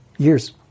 years